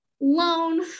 loan